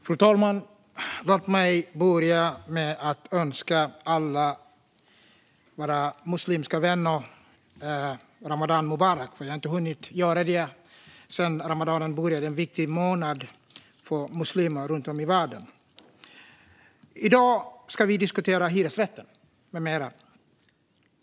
Fru talman! Låt mig börja med att önska alla våra muslimska vänner ramadan mubarak. Jag har inte hunnit göra det sedan ramadan började. Det är en viktig månad för muslimer runt om i världen. I dag ska vi diskutera hyresrätter med mera.